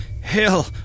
Hell